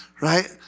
right